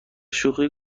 شوخی